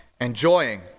enjoying